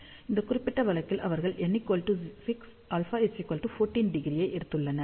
இந்த குறிப்பிட்ட வழக்கில் அவர்கள் n 6 α14° ஐ எடுத்துள்ளனர்